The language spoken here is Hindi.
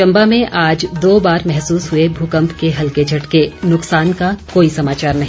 चम्बा में आज दो बार महसूस हुए भूकम्प के हल्के झटके नुकसान का कोई समाचार नहीं